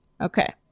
Okay